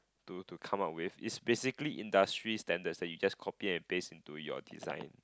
to to come out with is basically industry's standards that you just copy and paste into your design